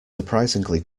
surprisingly